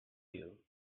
you